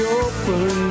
open